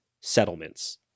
settlements